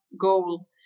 goal